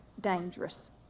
dangerous